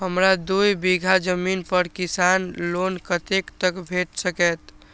हमरा दूय बीगहा जमीन पर किसान लोन कतेक तक भेट सकतै?